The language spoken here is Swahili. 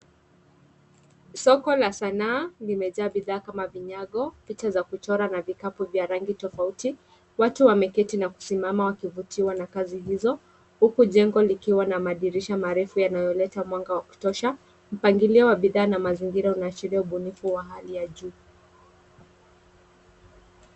Soko la sanaa limejaa bidhaa kama vinyago, vitu za kuchora na vikapu vya rangi tofauti. Watu wameketi na kusimama wakivutiwa na kazi hizo huku jengo likiwa na madirisha marefu yanayoleta mwanga wa kutosha. Mpangilio wa bidhaa na mazingira unaashiria ubunifu wa hali ya juu.